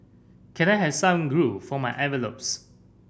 can I have some glue for my envelopes